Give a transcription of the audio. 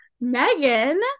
megan